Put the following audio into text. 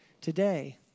today